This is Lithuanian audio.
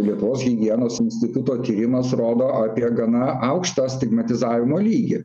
lietuvos higienos instituto tyrimas rodo apie gana aukštą stigmatizavimo lygį